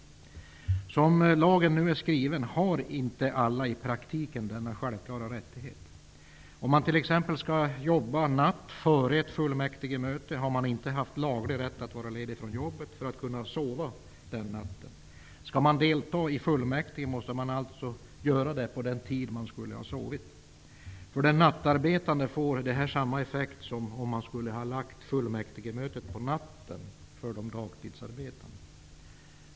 Som lagen nu är skriven har inte alla i praktiken denna självklara rättighet. Om man t.ex. skall jobba natt före ett fullmäktigemöte har man inte haft laglig rätt att vara ledig från jobbet för att kunna sova den natten. Skall man delta i fullmäktige måste man alltså göra det på den tid då man skulle ha sovit. För den nattarbetande får detta samma effekt som om man skulle ha förlagt fullmäktigemötet till natten för de dagtidsarbetande.